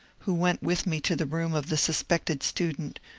who went with me to the room of the suspected student,